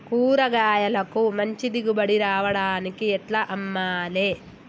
కూరగాయలకు మంచి దిగుబడి రావడానికి ఎట్ల అమ్మాలే?